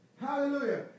Hallelujah